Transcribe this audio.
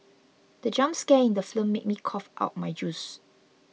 the jump scare in the slim made me cough out my juice